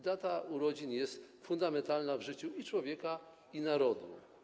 Data urodzin jest fundamentalna w życiu i człowieka, i narodu.